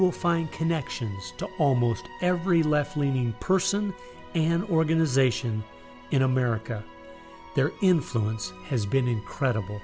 will find connections to almost every left leaning person and organization in america their influence has been incredible